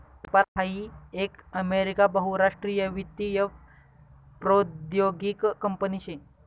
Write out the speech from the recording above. PayPal हाई एक America बहुराष्ट्रीय वित्तीय प्रौद्योगीक कंपनी शे